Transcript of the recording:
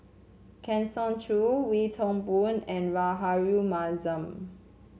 Kang Siong Joo Wee Toon Boon and Rahayu Mahzam